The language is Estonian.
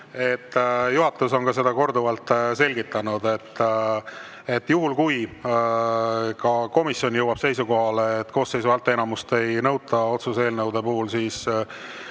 juhatus on seda korduvalt selgitanud, et juhul kui komisjon jõuab seisukohale, et koosseisu häälteenamust ei nõuta otsuse eelnõude puhul, siis